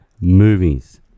Movies